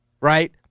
right